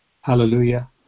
Hallelujah